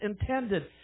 intended